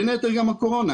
בין היתר גם הקורונה.